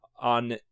on